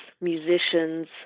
musicians